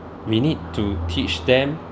we need to teach them